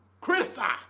criticize